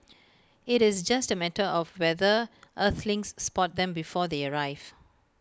IT is just A matter of whether Earthlings spot them before they arrive